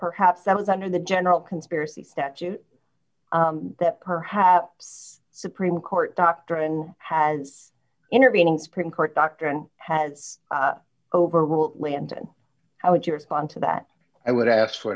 perhaps i was under the general conspiracy statute that perhaps supreme court doctrine has intervening supreme court doctrine has overruled landon how would you respond to that i would ask for